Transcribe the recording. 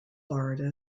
florida